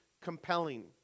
compelling